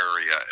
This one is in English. area